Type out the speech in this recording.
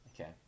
okay